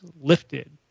lifted